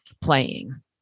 playing